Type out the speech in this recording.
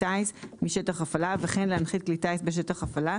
טיס) משטח הפעלה וכן להנחית כלי טיס בשטח הפעלה,